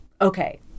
Okay